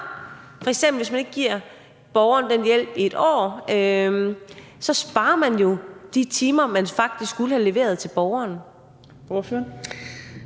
sparer penge. Hvis man f.eks. ikke giver borgeren den hjælp i 1 år, sparer man jo de timer, man faktisk skulle have leveret til borgeren.